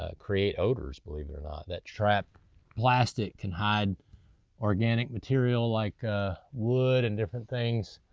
ah create odors, believe it or not. that trapped plastic can hide organic material like wood and different things.